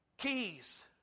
Keys